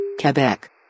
Quebec